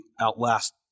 outlast